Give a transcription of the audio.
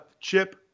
chip